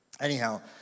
anyhow